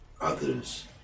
others